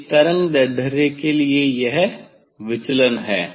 इस तरंगदैर्ध्य के लिए यह विचलन है